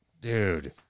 Dude